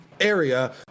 area